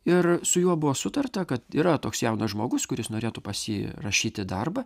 ir su juo buvo sutarta kad yra toks jaunas žmogus kuris norėtų pas jį rašyti darbą